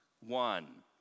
one